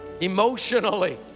emotionally